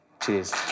Cheers